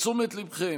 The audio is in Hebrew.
לתשומת ליבכם,